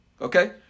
Okay